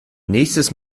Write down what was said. nächstes